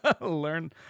learn